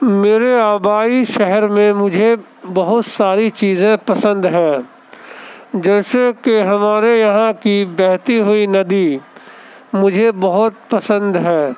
میرے آبائی شہر میں مجھے بہت ساری چیزیں پسند ہیں جیسے کہ ہمارے یہاں کی بہتی ہوئی ندی مجھے بہت پسند ہے